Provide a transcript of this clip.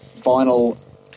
final